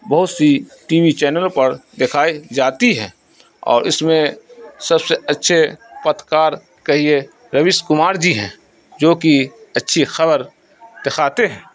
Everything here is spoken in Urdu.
بہت سی ٹی وی چینلوں پر دکھائی جاتی ہے اور اس میں سب سے اچھے پترکار کہیے روش کمار جی ہیں جوکہ اچھی خبر دکھاتے ہیں